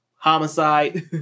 homicide